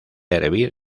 hervir